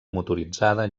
motoritzada